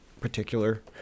particular